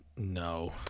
No